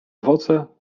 owoce